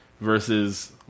versus